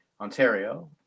Ontario